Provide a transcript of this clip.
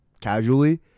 casually